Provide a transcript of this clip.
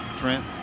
Trent